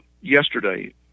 yesterday